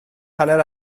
hanner